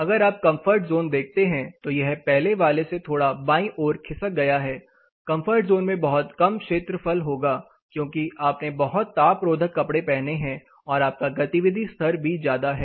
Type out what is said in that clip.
अगर आप comfort zone देखते हैं तो यह पहले वाले से थोड़ा बाई ओर खिसक गया है कंफर्ट जोन में बहुत कम क्षेत्रफल होगा क्योंकि आपने बहुत ताप रोधक कपड़े पहने हैं और आपका गतिविधि स्तर भी ज्यादा है